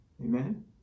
Amen